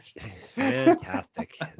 Fantastic